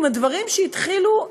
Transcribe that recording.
עם הדברים שהתחילו,